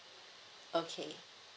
okay